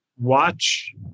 watch